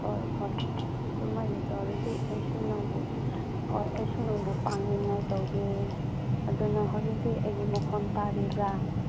ꯍꯣꯏ ꯍꯣꯏ ꯑꯗꯨꯃꯥꯏꯅ ꯇꯧꯔꯗꯤ ꯑꯩꯁꯨ ꯅꯪꯕꯨ ꯍꯣꯏ ꯑꯩꯁꯨ ꯅꯪꯕꯨ ꯄꯥꯝꯅꯤꯡꯉꯥꯏ ꯇꯧꯒꯦ ꯑꯗꯨ ꯅꯪ ꯍꯧꯖꯤꯛꯇꯤ ꯑꯩꯒꯤ ꯃꯈꯣꯜ ꯇꯥꯔꯤꯕ꯭ꯔ